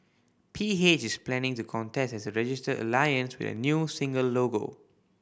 P H is planning to contest as a registered alliance with a new single logo